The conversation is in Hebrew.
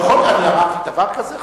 אני אמרתי דבר כזה?